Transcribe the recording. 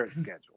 schedule